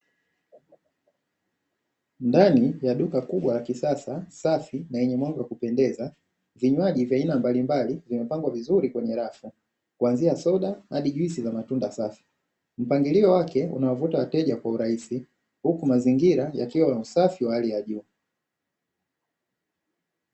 Ndani ya duka kubwa la kisasa, safi na lenye mwanga wa kupendeza vinywaji vya aina mbalimbali vimepangwa vizuri kwenye rafu, kuanzia soda hadi juisi za matunda safi. Mpangilio wake unaowavuta wateja kwa urahisi, huku mazingira yakiwa ya usafi wa hali ya juu.